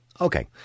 Okay